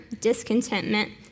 discontentment